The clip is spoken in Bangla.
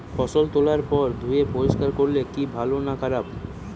ফসল তোলার পর ধুয়ে পরিষ্কার করলে কি ভালো না খারাপ?